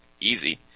easy